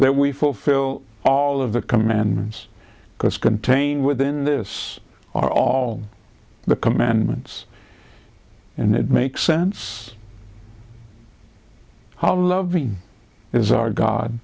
that we fulfill all of the commandments because contained within this are all the commandments and it makes sense how loving is our god